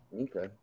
Okay